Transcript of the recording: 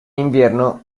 invierno